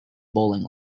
bowling